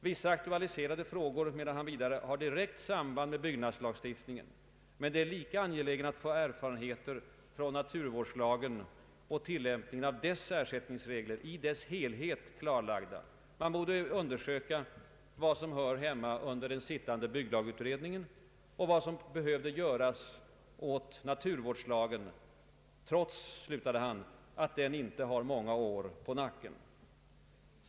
Vissa aktualiserade frågor — anförde han vidare — har direkt samband med byggnadslagstiftningen, men det är lika angeläget att få erfarenheterna från naturvårdslagen och tillämpningen av dess ersättningsregler som helhet klarlagda. Man borde undersöka vad som hör hemma under den sittande bygglagutredningen och vad som behövde göras åt naturvårdslagen, slutade han, ”trots att den inte har många år på nacken”. Herr talman!